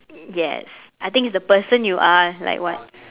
yes I think it's the person you are like what